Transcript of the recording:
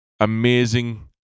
Amazing